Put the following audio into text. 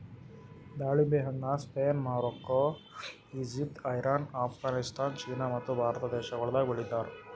ದಾಳಿಂಬೆ ಹಣ್ಣ Spain, Morocco, Egypt, Iran, Afghanistan, ಚೀನಾ ಮತ್ತ ಭಾರತ ದೇಶಗೊಳ್ದಾಗ್ ಬೆಳಿತಾರ್